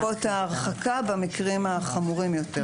זה גם על עניין תקופות ההרחקה במקרים החמורים יותר.